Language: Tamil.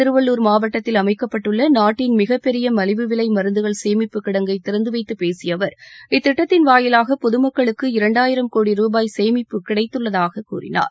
திருவள்ளூர் மாவட்டத்தில் அமைக்கப்பட்டுள்ள நாட்டின் மிகப்பெரிய மலிவு விலை மருந்துகள் சேமிப்புக்கிடங்கை திறந்து வைத்து பேசிய அவர் இத்திட்டத்தின் வாயிவாக பொதுமக்களுக்கு இரண்டாயிரம் கோடி ரூபாய் சேமிப்பு கிடைத்துள்ளதாக கூறினார்